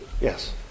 Yes